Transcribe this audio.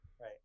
Right